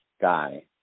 guy